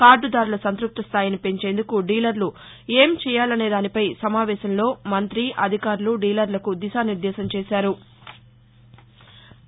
కార్టుదారుల సంతృప్త స్థాయిని పెంచేందుకు డీలర్లు ఏం చేయాలనేదానిపై సమావేశంలో మంతి అధికారులు డీలర్లకు దిశానిర్దేశం చేశారు